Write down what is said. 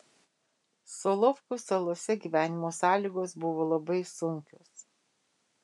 solovkų salose gyvenimo sąlygos buvo labai sunkios